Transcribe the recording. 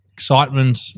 excitement